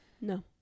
No